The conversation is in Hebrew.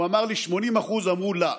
אמר לי: 80% אמרו לא.